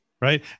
Right